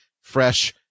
fresh